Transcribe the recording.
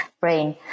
brain